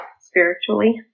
spiritually